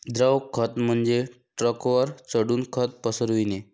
द्रव खत म्हणजे ट्रकवर चढून खत पसरविणे